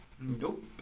nope